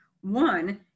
One